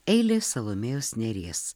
eilės salomėjos nėries